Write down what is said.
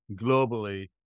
globally